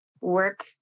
work